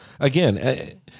Again